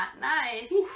nice